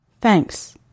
Thanks